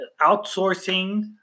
outsourcing